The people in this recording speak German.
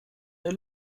der